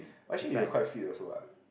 but actually you are quite fit also what